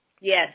Yes